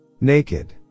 Naked